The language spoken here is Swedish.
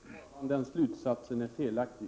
Herr talman! Den slutsatsen är felaktig.